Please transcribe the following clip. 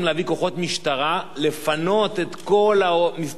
לפנות את כל המסתננים באוטובוסים.